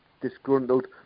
disgruntled